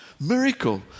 miracle